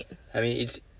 I mean it's